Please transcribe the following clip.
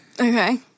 Okay